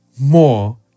more